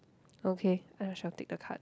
okay I shall take the card